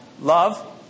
Love